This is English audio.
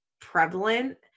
prevalent